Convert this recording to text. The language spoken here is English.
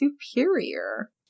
superior